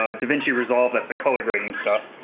ah davinci resolve, that's the color grading stuff.